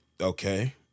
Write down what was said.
okay